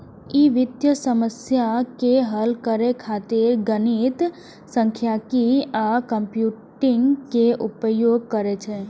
ई वित्तीय समस्या के हल करै खातिर गणित, सांख्यिकी आ कंप्यूटिंग के उपयोग करै छै